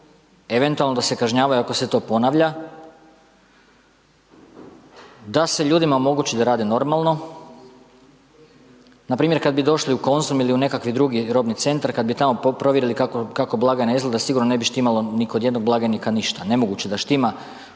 eventualno da se kažnjavaju ako se to ponavlja, da se ljudima omogući da rade normalno, npr. kad bi došli u Konzum ili u nekakvi drugi robni centar, kad bi tamo provjerili kako blagajna izgleda sigurno ne bi štimalo ni kod jednog blagajnika ništa, nemoguće da štima